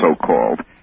so-called